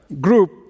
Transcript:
group